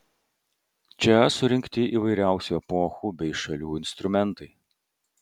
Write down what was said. čia surinkti įvairiausių epochų bei šalių instrumentai